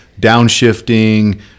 downshifting